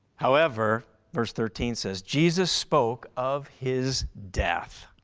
however verse thirteen says jesus spoke of his death.